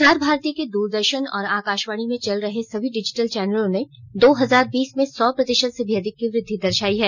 प्रसार भारती के दूरदर्शन और आकाशवाणी में चल रहे सभी डिजिटल चैनलों ने दो हजार बीस में सौ प्रतिशत से भी अधिक की वृद्धि दर्शायी है